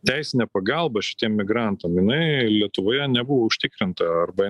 teisinė pagalba šitiem migrantam jinai lietuvoje nebuvo užtikrinta arba